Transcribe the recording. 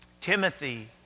Timothy